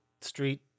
street